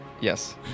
Yes